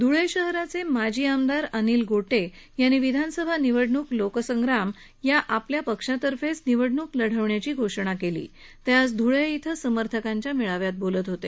ध्ळे शहराचे माजी आमदार अनिल गोटे यांनी विधानसभा निवडण्क लोकसंग्राम या आपल्या पक्षातर्फेच लढवणार असल्याची घोषणा केली ते आज ध्ळे इथं समर्थकांच्या मेळाव्यात बोलत होते